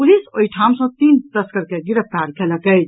police ओहि ठाम सॅ तीन तस्कर के गिरफ्तार कयलक अछि